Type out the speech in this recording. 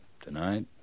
tonight